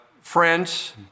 friends